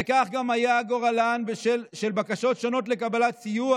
וכך היה גם גורלן של בקשות שונות לקבלת סיוע